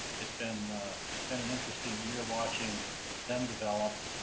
it's been it's been an interesting year watching them develop.